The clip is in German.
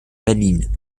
berlin